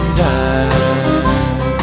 time